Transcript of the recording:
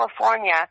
California